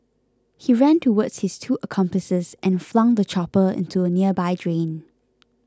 he ran towards his two accomplices and flung the chopper into a nearby drain